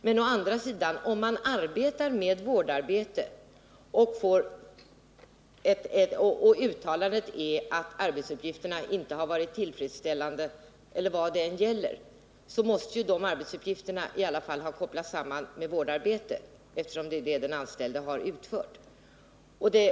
Men om man haft ett vårdarbete och uttalandet är att arbetsuppgifterna inte utförts tillfredsställande eller vad det än gäller, så måste i alla fall arbetsuppgifterna kopplas samman med vårdarbete, eftersom det är det som den anställde utfört.